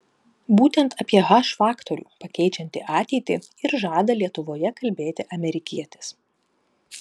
būtent apie h faktorių pakeičiantį ateitį ir žada lietuvoje kalbėti amerikietis